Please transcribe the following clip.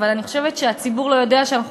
אבל אני חושבת שהציבור לא יודע שאנחנו